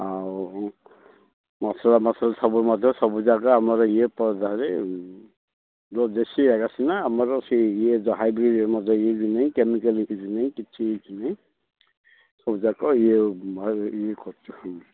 ଆଉ ମସଲା ମସଲି ସବୁ ମଧ୍ୟ ସବୁଯାକ ଆମର ଇଏ ପଧରେ ଯେଉଁ ଦେଶୀ ହେରିକା ସିନା ଆମର ସେଇ ଇଏ ଯେଉଁ ହାଇବ୍ରିଡ଼ ମଧ୍ୟ ଇଏ ବି ନାହିଁ କେମିକାଲ୍ କିଛି ନାହିଁ କିଛି ହେଇ ନାହିଁ ସବୁଯାକ ଇଏ ଭଲ ଇଏ କରୁଛୁ ଆମେ